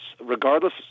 regardless